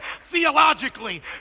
Theologically